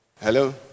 Hello